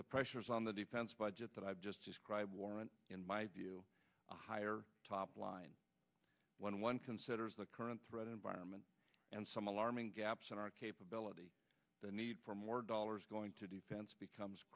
pressures on the defense budget that i've just described warrant in my view a higher top line when one considers the current threat environment and some alarming gaps in our capability the need for more dollars going to depends becomes